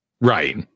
Right